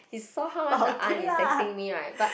you saw how much the aunt is texting me right but